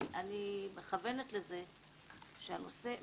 אני נותנת לך נתי בשתי דקות ואני אתן עוד לשניים שביקשו,